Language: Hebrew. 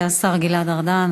השר גלעד ארדן,